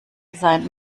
sein